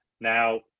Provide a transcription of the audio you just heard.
now